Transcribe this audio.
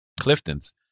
Clifton's